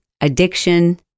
addiction